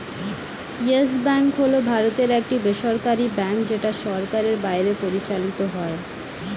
yes Bank হল ভারতের একটি বেসরকারী ব্যাঙ্ক যেটা সরকারের বাইরে পরিচালিত হয়